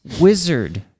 wizard